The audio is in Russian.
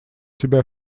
тебя